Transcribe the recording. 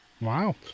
Wow